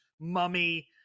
mummy